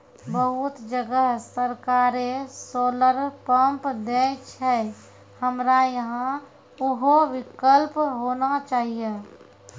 बहुत जगह सरकारे सोलर पम्प देय छैय, हमरा यहाँ उहो विकल्प होना चाहिए?